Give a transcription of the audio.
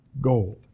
Gold